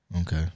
Okay